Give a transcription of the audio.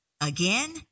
again